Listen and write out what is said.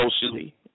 socially